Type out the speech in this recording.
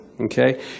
okay